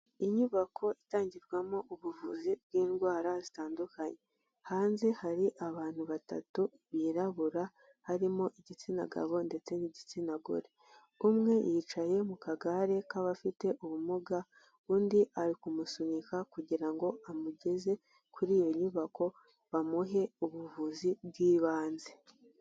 Inyubako itangirwamo ubuvuzi bw'indwara zitandukanye hanze hari abantu batatu birabura harimo igitsina gabo ndetse n'igitsina gore umwe yicaye mu kagare k'abafite ubumuga undi ari kumusunika kugira ngo amugeze kuri iyo nyubako bamuhe ubuvuzi bw'ibanze.